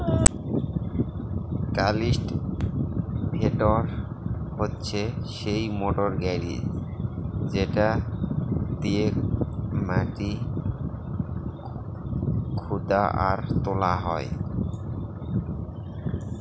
cultivator হচ্ছে সেই motor গাড়ি যেটা দিয়েক মাটি খুদা আর তোলা হয়